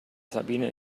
sabine